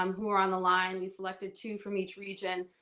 um who are on the line we selected two from each region.